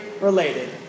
related